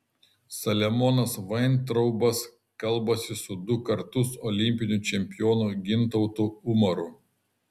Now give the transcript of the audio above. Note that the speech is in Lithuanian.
saliamonas vaintraubas kalbasi su du kartus olimpiniu čempionu gintautu umaru